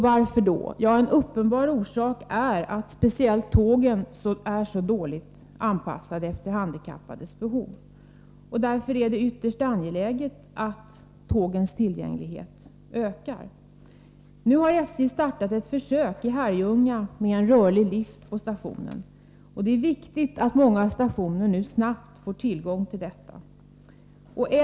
Varför är det så? Ja, en uppenbar orsak är att speciellt tågen är så dåligt anpassade efter handikappades behov. Därför är det ytterst angeläget att tågens tillgänglighet ökar. Nu har SJ startat ett försök i Herrljunga med en rörlig lift på stationen. Det är viktigt att många stationer snabbt får tillgång till en sådan anordning.